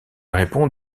répond